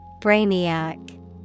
Brainiac